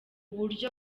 buryo